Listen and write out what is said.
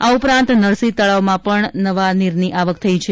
આ ઉપરાંત નરસિંહ તળાવમાં નવા નીરની આવક થઈ છે